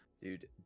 Dude